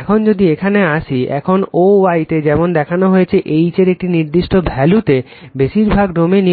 এখন যদি এখানে আসি এখন o y তে যেমন দেখানো হয়েছে H এর একটি নির্দিষ্ট ভ্যালুতে বেশিরভাগ ডোমেইন